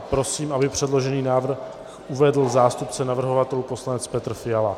Prosím, aby předložený návrh uvedl zástupce navrhovatelů poslanec Petr Fiala.